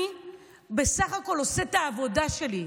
אני בסך הכול עושה את העבודה שלי,